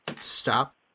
stop